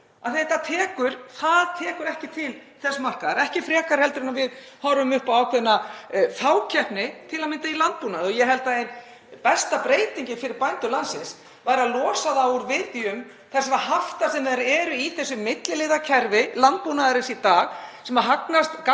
það tekur ekki til þess markaðar, ekki frekar en við horfum upp á ákveðna fákeppni til að mynda í landbúnaði. Ég held að ein besta breytingin fyrir bændur landsins væri að losa þá úr viðjum þessara hafta sem þeir eru í í dag, þessu milliliðakerfi landbúnaðarins sem gagnast hvorki